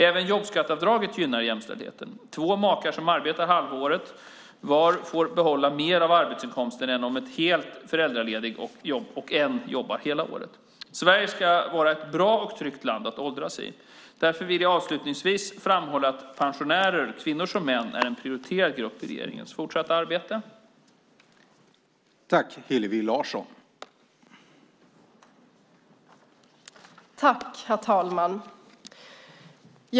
Även jobbskatteavdraget gynnar jämställdheten. Två makar som arbetar halva året var får behålla mer av arbetsinkomsten än om en är helt föräldraledig och en jobbar hela året. Sverige ska vara ett bra och tryggt land att åldras i. Därför vill jag avslutningsvis framhålla att pensionärerna, kvinnor som män, är en prioriterad grupp i regeringens fortsatta arbete.